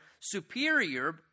superior